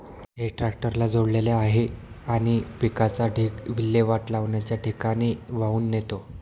हे ट्रॅक्टरला जोडलेले आहे आणि पिकाचा ढीग विल्हेवाट लावण्याच्या ठिकाणी वाहून नेतो